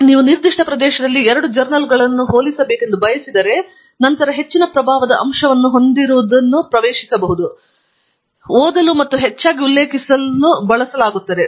ಆದ್ದರಿಂದ ನೀವು ನಿರ್ದಿಷ್ಟ ಪ್ರದೇಶದಲ್ಲಿ ಎರಡು ಜರ್ನಲ್ಗಳನ್ನು ಹೋಲಿಸಬೇಕೆಂದು ಬಯಸಿದರೆ ನಂತರ ಹೆಚ್ಚಿನ ಪ್ರಭಾವದ ಅಂಶವನ್ನು ಹೊಂದಿರುವವರು ಪ್ರವೇಶಿಸಬಹುದು ಓದಲು ಮತ್ತು ಹೆಚ್ಚಾಗಿ ಉಲ್ಲೇಖಿಸಲಾಗುತ್ತದೆ